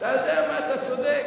אתה יודע מה, אתה צודק.